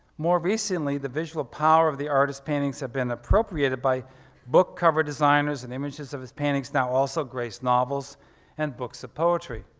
more recently the visual power of the artist's paintings have been appropriated by book cover designers and images of his paintings now also grace novels and books of poetry.